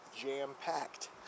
jam-packed